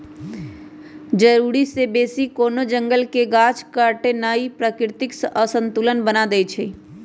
जरूरी से बेशी कोनो जंगल के गाछ काटनाइ प्राकृतिक असंतुलन बना देइछइ